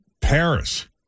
Paris